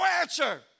answer